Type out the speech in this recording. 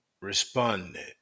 responded